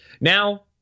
Now